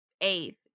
Eighth